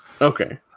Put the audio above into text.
Okay